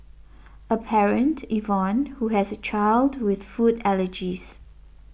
a parent Yvonne who has a child with food allergies